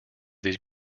these